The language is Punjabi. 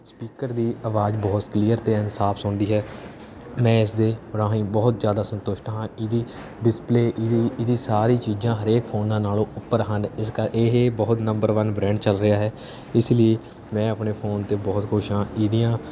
ਸਪੀਕਰ ਦੀ ਆਵਾਜ਼ ਬਹੁਤ ਕਲੀਅਰ ਅਤੇ ਸਾਫ ਸੁਣਦੀ ਹੈ ਮੈਂ ਇਸਦੇ ਰਾਹੀਂ ਬਹੁਤ ਜ਼ਿਆਦਾ ਸੰਤੁਸ਼ਟ ਹਾਂ ਇਹਦੀ ਡਿਸਪਲੇਅ ਇਹਦੀ ਇਹਦੀਆਂ ਸਾਰੀਆਂ ਚੀਜ਼ਾਂ ਹਰੇਕ ਫੋਨਾਂ ਨਾਲੋਂ ਉੱਪਰ ਹਨ ਇਸਦਾ ਇਹ ਬਹੁਤ ਨੰਬਰ ਵਨ ਬ੍ਰਾਂਡ ਚੱਲ ਰਿਹਾ ਹੈ ਇਸ ਲਈ ਮੈਂ ਆਪਣੇ ਫੋਨ ਤੋਂ ਬਹੁਤ ਖੁਸ਼ ਹਾਂ ਇਹਦੀਆਂ